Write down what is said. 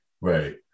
Right